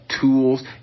Tools